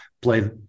play